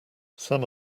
some